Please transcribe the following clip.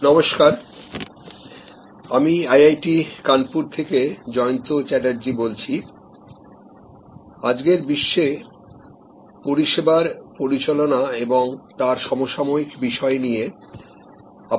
নমস্কার আমি আইআইটি কানপুর থেকে জয়ন্ত চ্যাটার্জি বলছি আজকের বিশ্বে পরিষেবার পরিচালনা এবং তার সমসাময়িক বিষয় নিয়ে আপনাদের সাথে মতবিনিময় করতে চাই